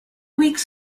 weeks